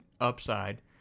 upside